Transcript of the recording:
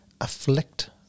afflict